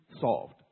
solved